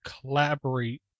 collaborate